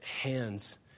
hands